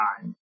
time